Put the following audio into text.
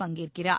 பங்கேற்கிறார்